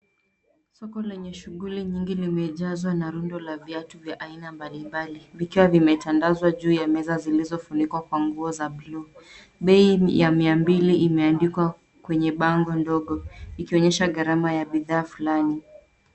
Soko lenye shughuli nyingi limejazwa na rundo la viatu vya aina mbalimbali vikiwa vimetandazwa juu ya meza zilizofunikwa kwa nguo za bluu. Bei ya mia mbili imeandikwa kwenye bango dogo ikionyesha gharama ya bidhaa fulani.